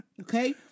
okay